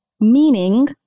meaning